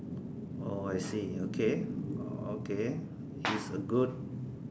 oh I see okay okay it's a good